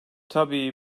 tabii